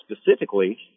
specifically